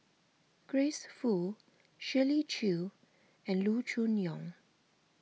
Grace Fu Shirley Chew and Loo Choon Yong